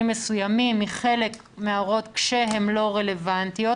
מסוימים מחלק מן ההוראות כשהן לא רלוונטיות.